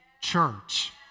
church